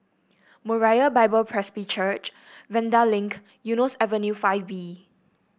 Moriah Bible Presby Church Vanda Link Eunos Avenue Five B